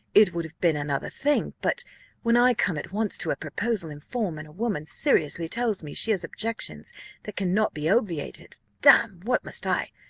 it would have been another thing but when i come at once to a proposal in form, and a woman seriously tells me she has objections that cannot be obviated, damme, what must i,